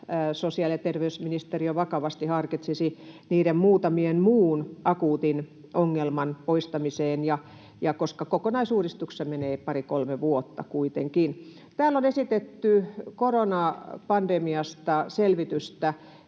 sosiaali- ja terveysministeriö vakavasti harkitsisi niiden muutaman muun akuutin ongelman poistamista, koska kokonaisuudistuksessa menee kuitenkin pari kolme vuotta. Täällä on esitetty selvitystä